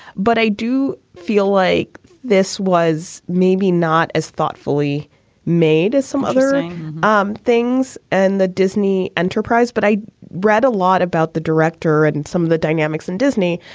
but i do feel like this was maybe not as thoughtfully made as some other um things and the disney enterprise. but i read a lot about the director and some of the dynamics in and disney.